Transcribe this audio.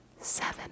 seven